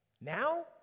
now